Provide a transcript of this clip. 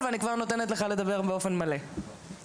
שאין אותם במקומות אחרים בחופים